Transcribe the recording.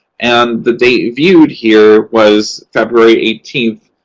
and the date viewed here was february eighteen,